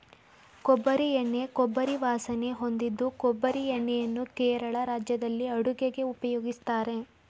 ಕೊಬ್ಬರಿ ಎಣ್ಣೆ ಕೊಬ್ಬರಿ ವಾಸನೆ ಹೊಂದಿದ್ದು ಕೊಬ್ಬರಿ ಎಣ್ಣೆಯನ್ನು ಕೇರಳ ರಾಜ್ಯದಲ್ಲಿ ಅಡುಗೆಗೆ ಉಪಯೋಗಿಸ್ತಾರೆ